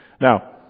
Now